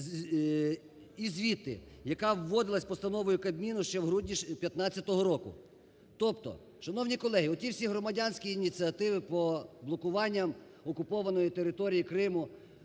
і звідти, яка вводилась постановою Кабміну ще в грудні 2015 року. Тобто, шановні колеги, оті всі громадянські ініціативи по блокуванням окупованої території Криму,